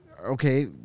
okay